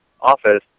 office